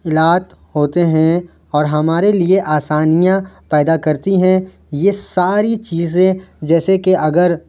آلات ہوتے ہیں اور ہمارے لیے آسانیاں پیدا کرتی ہیں یہ ساری چیزیں جیسے کہ اگر